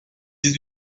dix